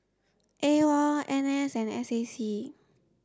A O L N S and S A C